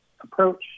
approach